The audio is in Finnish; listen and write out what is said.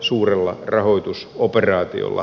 suurella rahoitusoperaatiolla espanjalle